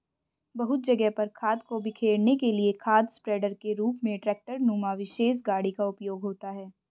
बहुत जगह पर खाद को बिखेरने के लिए खाद स्प्रेडर के रूप में ट्रेक्टर नुमा विशेष गाड़ी का उपयोग होता है